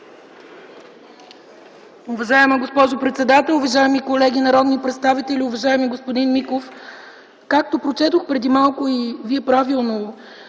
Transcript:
Уважаема госпожо председател, уважаеми колеги народни представители, уважаеми господин Миков! Както прочетох преди малко и Вие правилно